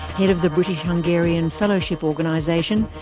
head of the british hungarian fellowship organisation,